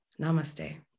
namaste